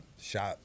Shot